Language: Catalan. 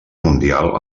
mundial